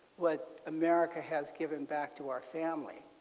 what america has given back to our family.